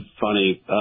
funny